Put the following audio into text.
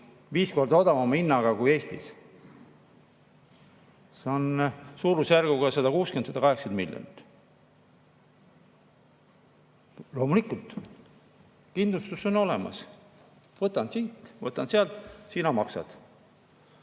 viis korda odavama hinnaga kui Eestisse. See on suurusjärgus 160–180 miljonit. Loomulikult, kindlustus on olemas. Võtan siit, võtan sealt, sina maksad.